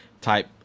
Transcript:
type